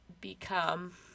become